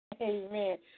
Amen